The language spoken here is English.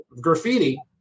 graffiti